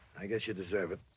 i guess you deserve it.